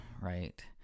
right